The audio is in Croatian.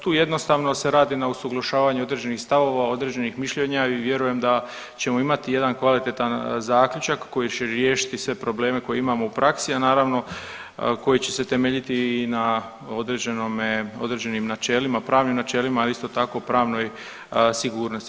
Tu jednostavno se radi na usuglašavanju određenih stavova, određenih mišljenja i vjerujem da ćemo imati jedan kvalitetan zaključak koji će riješiti sve probleme koje imamo u praksi, a naravno koji će se temeljiti i na određenome, određenim načelima, pravnim načelima, a isto tako pravnoj sigurnosti.